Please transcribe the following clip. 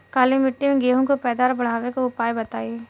काली मिट्टी में गेहूँ के पैदावार बढ़ावे के उपाय बताई?